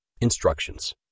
Instructions